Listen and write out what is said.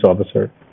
officer